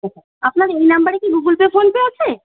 আচ্ছা আপনার এই নাম্বারে কি গুগল পে ফোনপে আছে